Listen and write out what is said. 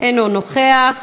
אינו נוכח,